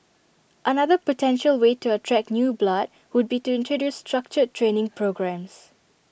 another potential way to attract new blood would be to introduce structured training programmes